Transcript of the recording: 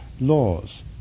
laws